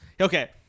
Okay